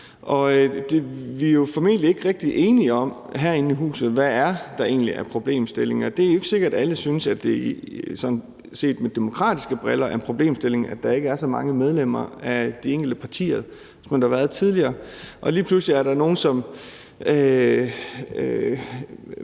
vi er jo formentlig ikke rigtig enige om herinde i huset, hvad der egentlig er af problemstillinger. Det er jo ikke sikkert, at alle synes, at det set med demokratiske briller er en problemstilling, at der ikke er så mange medlemmer af de enkelte partier, som der har været tidligere; lige pludselig er der nogen, som